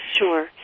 Sure